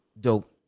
dope